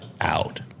out